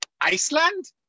Iceland